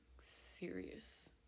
serious